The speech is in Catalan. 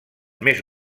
més